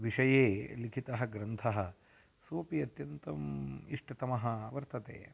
विषये लिखितः ग्रन्थः सोपि अत्यन्तम् इष्टतमः वर्तते